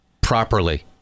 properly